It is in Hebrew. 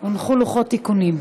הונח לוחות תיקונים.